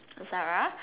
Mascara